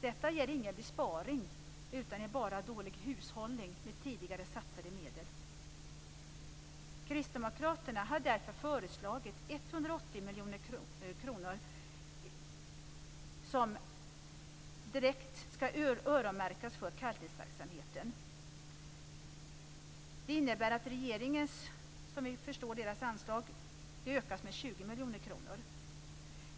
Detta ger ingen besparing utan är bara dålig hushållning med tidigare satsade medel. Kristdemokraterna har därför föreslagit 180 miljoner kronor som direkt skall öronmärkas för kalkningsverksamheten. Det innebär att regeringens anslag ökas med 20 miljoner kronor.